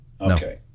okay